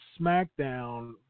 SmackDown